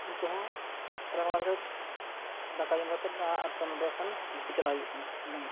ᱩᱱᱠᱩ ᱦᱚᱸ ᱪᱟᱞᱟᱣ ᱵᱚᱲᱟ ᱠᱟᱛᱮ ᱫᱟᱠᱟ ᱡᱚᱢ ᱠᱟᱛᱮᱫ ᱜᱩᱯᱤ ᱪᱟᱞᱟᱣ ᱦᱩᱭᱩᱜ ᱠᱟᱱᱟ